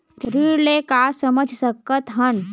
ऋण ले का समझ सकत हन?